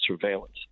surveillance